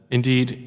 Indeed